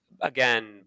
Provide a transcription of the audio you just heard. again